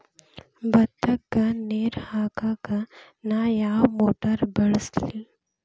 ಭತ್ತಕ್ಕ ನೇರ ಹಾಕಾಕ್ ನಾ ಯಾವ್ ಮೋಟರ್ ಬಳಸ್ಲಿ?